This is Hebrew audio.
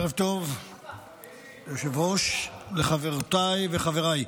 ערב טוב ליושב-ראש, לחברותיי וחבריי,